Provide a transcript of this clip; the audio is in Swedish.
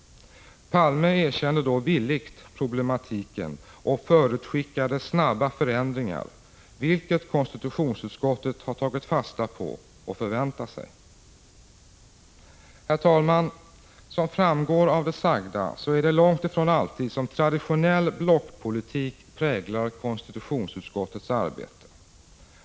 Palme erkände då villigt problematiken och förutskickade snara förändringar, vilket konstitutionsutskottet har tagit fasta på och förväntar sig. Herr talman! Som framgår av det sagda är det långt ifrån alltid som traditionell blockpolitik präglar konstitutionsutskottets arbete.